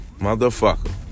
motherfucker